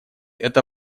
это